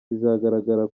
bizagaragara